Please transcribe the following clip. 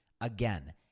again